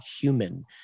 human